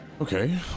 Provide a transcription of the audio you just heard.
Okay